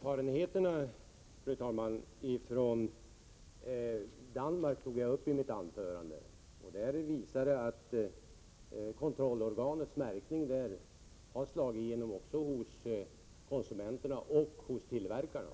Fru talman! I mitt anförande tog jag upp erfarenheterna från Danmark. De visar att kontrollorganets märkning har slagit igenom både hos konsumenter och hos tillverkare.